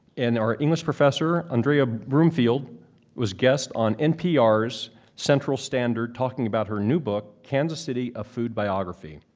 and our english professor andrea broomfield was guest on npr's central standard talking about her new book kansas city a food biography.